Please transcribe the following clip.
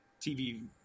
tv